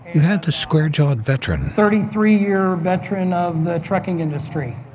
you had the square-jawed veteran, thirty three year veteran of the trucking industry.